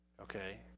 Okay